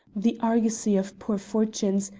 the argosy of poor fortunes,